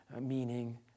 meaning